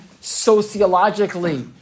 sociologically